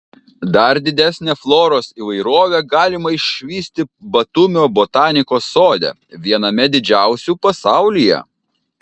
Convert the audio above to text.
dar didesnę floros įvairovę galima išvysti batumio botanikos sode viename didžiausių pasaulyje